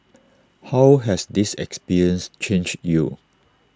how has this experience changed you